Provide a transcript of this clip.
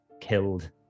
killed